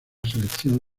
selección